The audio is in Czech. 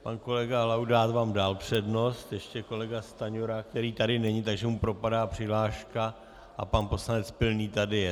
Pan kolega Laudát vám dal přednost, ještě kolega Stanjura, který tady není, takže mu propadá přihláška a pan poslanec Pilný tady je.